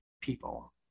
people